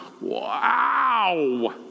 wow